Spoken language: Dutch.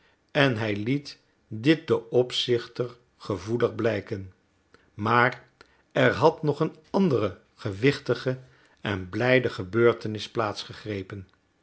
en hij liet dit den opzichter gevoelig blijken maar er had nog een andere gewichtige en blijde gebeurtenis plaats gegrepen